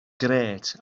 grêt